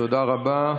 תודה רבה.